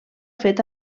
fet